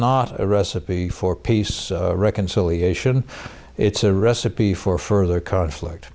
not a recipe for peace reconciliation it's a recipe for further conflict